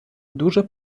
дуже